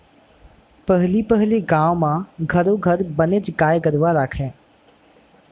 पहली पहिली गाँव म घरो घर बनेच गाय गरूवा राखयँ